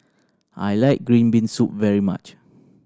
I like green bean soup very much